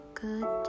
good